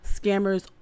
scammers